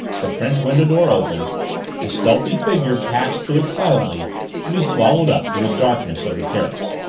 the french window-door opened a stealthy figure passed through it silently to be swallowed up in the darkness of the terrace.